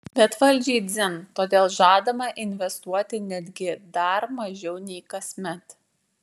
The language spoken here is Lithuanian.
bet valdžiai dzin todėl žadama investuoti netgi dar mažiau nei kasmet